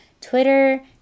Twitter